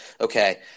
okay